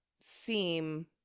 seem